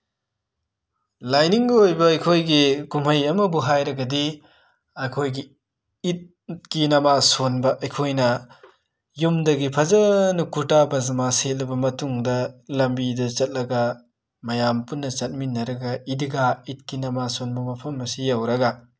ꯂꯥꯏꯅꯤꯡꯒꯤ ꯑꯣꯏꯕ ꯑꯩꯈꯣꯏꯒꯤ ꯀꯨꯝꯍꯩ ꯑꯃꯕꯨ ꯍꯥꯏꯔꯒꯗꯤ ꯑꯩꯈꯣꯏꯒꯤ ꯏꯗꯀꯤ ꯅꯃꯥꯖ ꯁꯣꯟꯕ ꯑꯩꯈꯣꯏꯅ ꯌꯨꯝꯗꯒꯤ ꯐꯖꯅ ꯀꯨꯔꯇꯥ ꯄꯖꯃꯥ ꯁꯦꯠꯂꯕ ꯃꯇꯨꯡꯗ ꯂꯝꯕꯤꯗ ꯆꯠꯂꯒ ꯃꯌꯥꯝ ꯄꯨꯟꯅ ꯆꯠꯃꯤꯟꯅꯔꯒ ꯏꯗꯤꯒꯥ ꯏꯗꯀꯤ ꯅꯃꯥꯖ ꯁꯣꯟꯕ ꯃꯐꯝ ꯑꯁꯤ ꯌꯧꯔꯒ